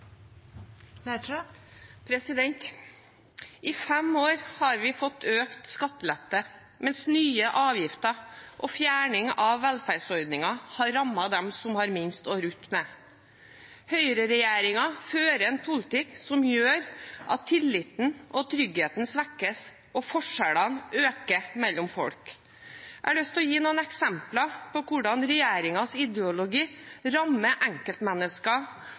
I fem år har vi fått økt skattelette, mens nye avgifter og fjerning av velferdsordninger har rammet dem som har minst å rutte med. Høyre-regjeringen fører en politikk som gjør at tilliten og tryggheten svekkes og forskjellene øker mellom folk. Jeg har lyst til å gi noen eksempler på hvordan regjeringens ideologi rammer enkeltmennesker